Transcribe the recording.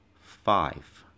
five